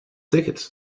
tickets